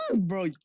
Bro